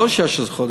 לא 16 חודש.